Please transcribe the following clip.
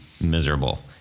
miserable